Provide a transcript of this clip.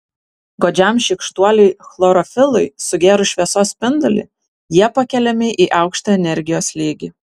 godžiam šykštuoliui chlorofilui sugėrus šviesos spindulį jie pakeliami į aukštą energijos lygį